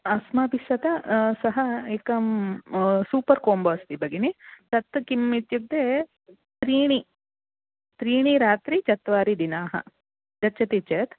अस्माभिः तत सः एकं सूपर् कोम्बो अस्ति भगिनी तत् किम् इत्युक्ते त्रीणि त्रीणि रात्रयः चत्वारि दिनाः गच्छति चेत्